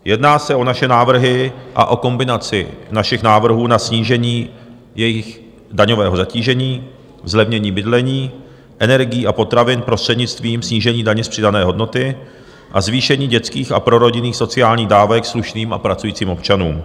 Jedná se o naše návrhy a o kombinaci našich návrhů na snížení jejich daňového zatížení, zlevnění bydlení, energií a potravin prostřednictvím snížení daně z přidané hodnoty a zvýšení dětských a prorodinných sociálních dávek slušným a pracujícím občanům.